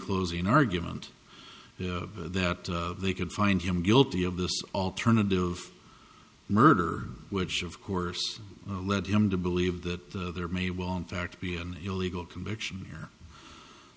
closing argument that they could find him guilty of this alternative murder which of course led him to believe that there may well in fact be an illegal conviction here